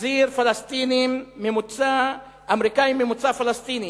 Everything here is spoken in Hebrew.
מחזיר אמריקנים ממוצא פלסטיני,